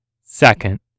Second